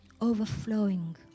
overflowing